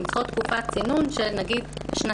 הן צריכות תקופת צינון של שנתיים.